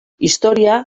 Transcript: historia